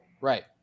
right